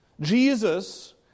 Jesus